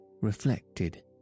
reflected